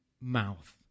mouth